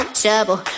trouble